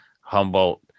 Humboldt